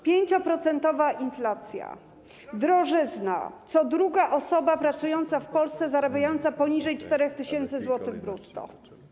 5-procentowa inflacja, drożyzna, co druga osoba pracująca w Polsce zarabiająca poniżej 4 tys. zł brutto.